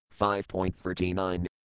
5.39